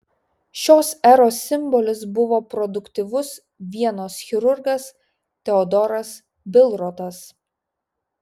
šios eros simbolis buvo produktyvus vienos chirurgas teodoras bilrotas